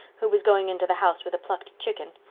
who was going into the house with a plucked chicken,